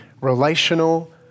relational